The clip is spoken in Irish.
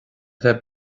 bheith